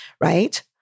right